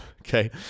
Okay